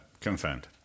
Confirmed